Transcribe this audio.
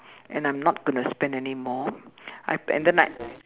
and I'm not gonna spend anymore I and then I